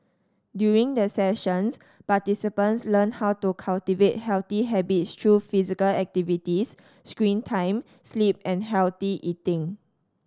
during the sessions participants learn how to cultivate healthy habits through physical activities screen time sleep and healthy eating